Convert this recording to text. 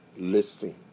Listen